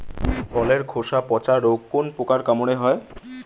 ফলের খোসা পচা রোগ কোন পোকার কামড়ে হয়?